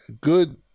good